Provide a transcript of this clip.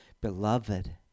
beloved